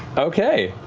okay.